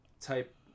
type